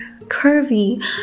curvy